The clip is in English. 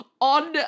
on